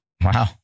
Wow